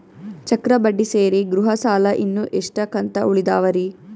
ಚಕ್ರ ಬಡ್ಡಿ ಸೇರಿ ಗೃಹ ಸಾಲ ಇನ್ನು ಎಷ್ಟ ಕಂತ ಉಳಿದಾವರಿ?